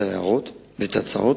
וההערות וההמלצות,